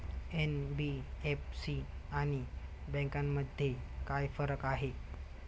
NBFC आणि बँकांमध्ये काय फरक आहे?